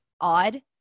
odd